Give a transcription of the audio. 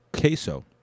queso